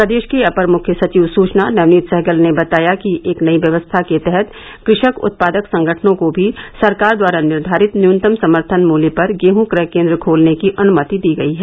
प्रदेश के अपर मुख्य सचिव सूचना नवनीत सहगल ने बताया कि एक नई व्यवस्था के तहत कृषक उत्पादक संगठनों को भी सरकार द्वारा निर्धारित न्यूनतम समर्थन मूल्य पर गेहूँ क्रय केन्द्र खोलने की अनुमति दी गई है